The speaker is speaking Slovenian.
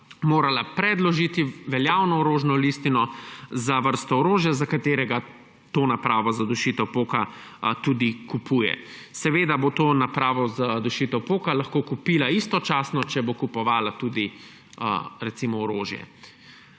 morala predložiti veljavno orožno listino za vrsto orožja, za katerega to napravo za dušitev poka tudi kupuje. Seveda bo to napravo za dušitev poka lahko kupila istočasno, če bo kupovala tudi recimo orožje,